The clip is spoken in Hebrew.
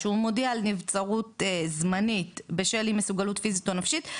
שהוא מודיע על נבצרות זמנית בשל אי מסוגלות פיסית או נפשית,